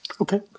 Okay